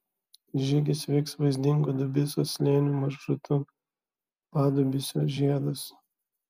žygis vyks vaizdingu dubysos slėniu maršrutu padubysio žiedas